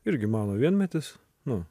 irgi mano vienmetis nu